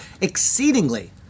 exceedingly